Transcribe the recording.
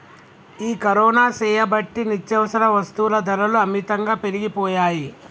ఈ కరోనా సేయబట్టి నిత్యావసర వస్తుల ధరలు అమితంగా పెరిగిపోయాయి